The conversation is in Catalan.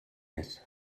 més